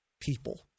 people